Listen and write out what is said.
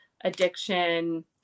addiction